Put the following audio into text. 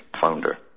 founder